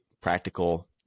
practical